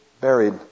buried